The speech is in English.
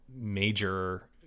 major